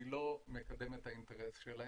אני לא מקדם את האינטרס שלהן,